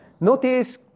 Notice